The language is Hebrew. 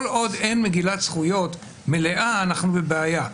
כל עוד אין מגילת זכויות מלאה, אנחנו בבעיה.